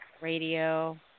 Radio